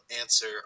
answer